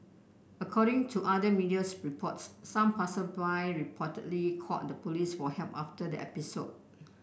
according to other medias reports some passersby reportedly called the police for help after the episode